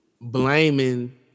blaming